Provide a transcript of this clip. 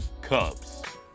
Cubs